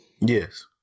Yes